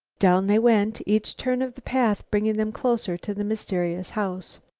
down they went, each turn of the path bringing them closer to the mysterious house.